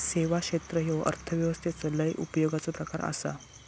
सेवा क्षेत्र ह्यो अर्थव्यवस्थेचो लय उपयोगाचो प्रकार आसा